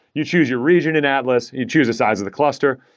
you choose your region in atlas, you choose a size of the cluster,